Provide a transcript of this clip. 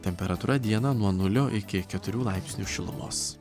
temperatūra dieną nuo nulio iki keturių laipsnių šilumos